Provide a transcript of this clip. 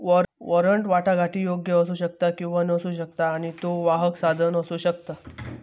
warrant वाटाघाटीयोग्य असू शकता किंवा नसू शकता आणि त्यो वाहक साधन असू शकता